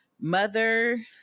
mother